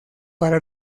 para